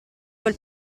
quel